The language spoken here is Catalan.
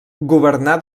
governà